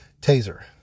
taser